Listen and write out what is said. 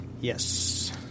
Yes